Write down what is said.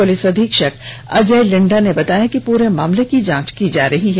police अधीक्षक अजय लिंडा ने बताया कि पूरे मामले की जांच की जा रही है